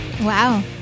Wow